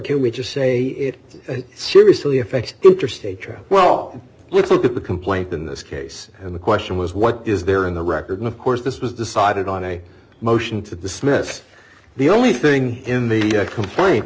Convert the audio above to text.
can we just say it seriously affect interstate traffic well let's look at the complaint in this case and the question was what is there in the record and of course this was decided on a motion to dismiss the only thing in the complain